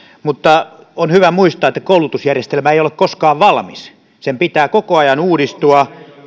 mutta on hyvä muistaa että koulutusjärjestelmä ei ole koskaan valmis sen pitää koko ajan uudistua